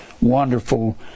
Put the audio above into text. wonderful